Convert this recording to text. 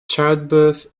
childbirth